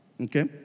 okay